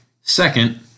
Second